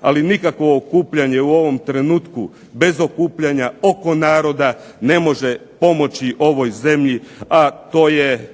ali nikakvo okupljanje u ovom trenutku bez okupljanja oko naroda ne može pomoći ovoj zemlji a to je